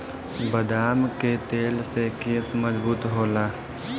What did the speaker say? बदाम के तेल से केस मजबूत होला